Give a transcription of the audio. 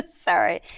Sorry